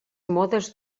modes